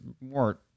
more